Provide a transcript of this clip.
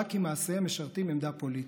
רק כי מעשיהם משרתים עמדה פוליטית.